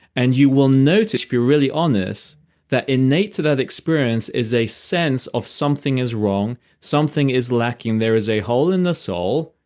and you will notice, if you're really um honest, that innate to that experience is a sense of something is wrong, something is lacking. there is a hole in the soul,